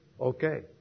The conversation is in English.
Okay